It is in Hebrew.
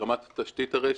ברמת תשתית הרשת,